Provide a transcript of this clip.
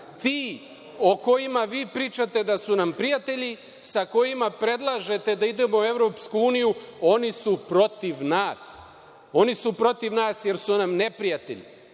ti o kojima vi pričate da su nam prijatelji, sa kojima predlažete da idemo u Evropsku uniju, oni su protiv nas. Oni su protiv nas, jer su nam neprijatelji,